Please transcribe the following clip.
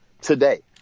today